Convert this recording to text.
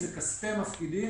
זה כספי מפקידים,